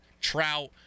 Trout